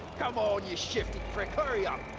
come on, you shifty prick, hurry up.